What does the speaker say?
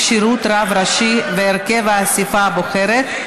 כשירות רב ראשי והרכב האספה הבוחרת),